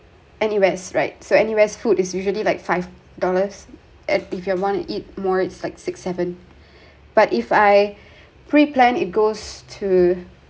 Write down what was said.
N_U_S right so anywhere food is usually like five dollars and if you want to eat more it's like six seven but if I preplan it goes to